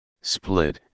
split